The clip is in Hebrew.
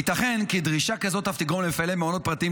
ייתכן כי דרישה כזאת אף תגרום למפעילי מעונות פרטיים